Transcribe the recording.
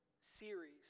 series